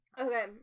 Okay